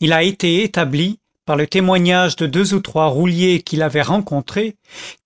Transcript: il a été établi par le témoignage de deux ou trois rouliers qui l'avaient rencontré